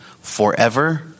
forever